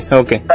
okay